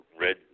red